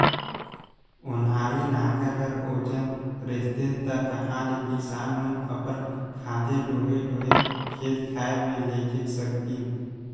ओन्हारी नांगर हर ओजन रहतिस ता कहा ले किसान मन अपन खांधे डोहे डोहे खेत खाएर मे लेइजे सकतिन